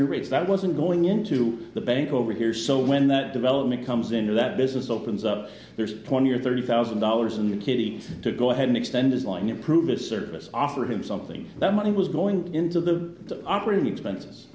your rates that wasn't going into the bank over here so when that development comes into that business opens up there's twenty or thirty thousand dollars in the kitty to go ahead and extend his life and improve his service offer him something that money was going into the operating expenses